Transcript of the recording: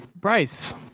Bryce